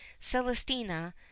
Celestina